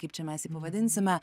kaip čia mes jį pavadinsime